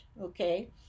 okay